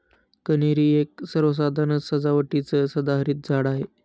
कन्हेरी एक सर्वसाधारण सजावटीचं सदाहरित झाड आहे